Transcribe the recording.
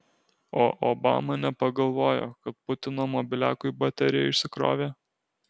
o obama nepagalvojo kad putino mobiliakui baterija išsikrovė